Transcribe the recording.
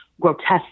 grotesque